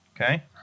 Okay